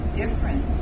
different